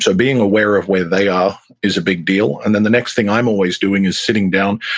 so being aware of where they are is a big deal and then the next thing i'm always doing is sitting down,